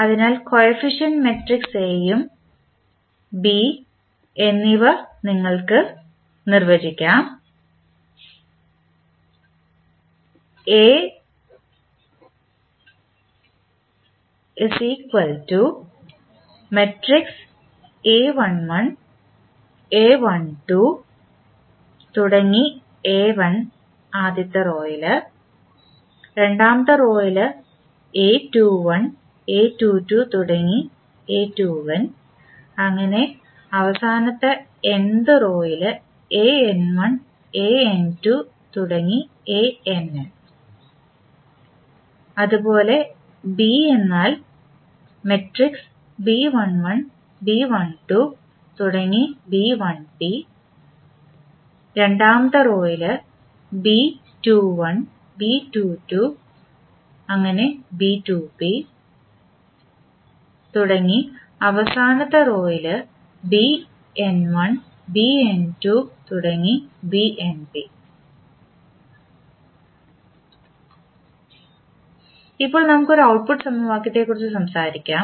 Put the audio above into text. അതിനാൽ coefficient matrix എയും B എന്നിവ നിങ്ങൾക്ക് നിർവചിക്കാം ഇപ്പോൾ നമുക്ക് ഔട്ട്പുട്ട് സമവാക്യത്തെക്കുറിച്ച് സംസാരിക്കാം